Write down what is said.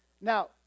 Now